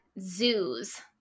zoos